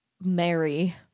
marry